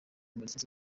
murekezi